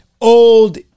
old